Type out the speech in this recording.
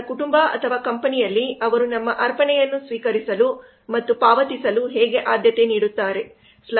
ಅವರ ಕುಟುಂಬ ಅಥವಾ ಕಂಪನಿಯಲ್ಲಿ ಅವರು ನಮ್ಮ ಅರ್ಪಣೆಯನ್ನು ಸ್ವೀಕರಿಸಲು ಮತ್ತು ಪಾವತಿಸಲು ಹೇಗೆ ಆದ್ಯತೆ ನೀಡುತ್ತಾರೆ